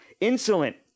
Insolent